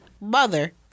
mother